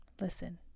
Listen